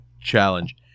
challenge